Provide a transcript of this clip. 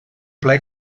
ple